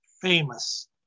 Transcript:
famous